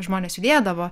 žmonės judėdavo